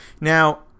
Now